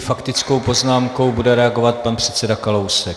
Faktickou poznámkou bude reagovat pan předseda Kalousek.